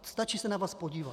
Stačí se na vás podívat.